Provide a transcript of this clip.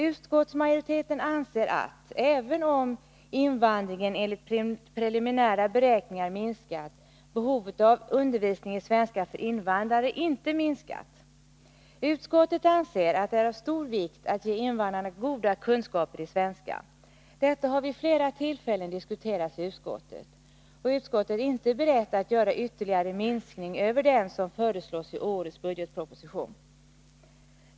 Utskottsmajoriteten anser att, även om invandringen enligt preliminära beräkningar minskat, behovet av undervisning i svenska för invandrare inte minskat. Utskottet anser att det är av stor vikt att ge invandrarna goda kunskaper i svenska. Detta har vid flera tillfällen diskuterats i utskottet. Utskottet är inte berett att göra en ytterligare minskning utöver den som föreslås i årets budgetproposition.